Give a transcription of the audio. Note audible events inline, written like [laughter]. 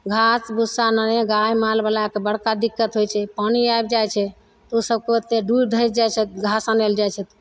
घास भूसा [unintelligible] गाय मालवला के बड़का दिक्कत होइ छै पानि आबि जाइ छै तऽ उ सब [unintelligible] घास आनय लए जाइ छै